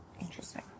interesting